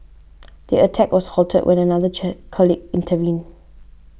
the attack was halted when another colleague intervened